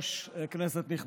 ראשונה.